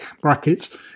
brackets